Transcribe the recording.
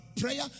prayer